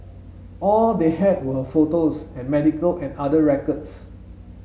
all they had were her photos and medical and other records